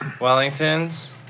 Wellingtons